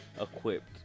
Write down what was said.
equipped